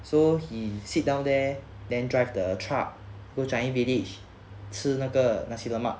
so he sit down there then drive the truck go changi village 吃那个 nasi lemak